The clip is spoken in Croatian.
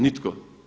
Nitko.